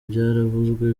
byaravuzwe